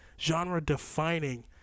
genre-defining